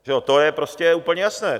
To je prostě úplně jasné.